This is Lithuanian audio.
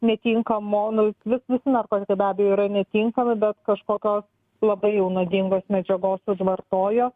netinkamo nu vis visi narkotikai be abejo yra netinkami bet kažkokios labai jau nuodingos medžiagos užvartojo